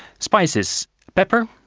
spices pepper,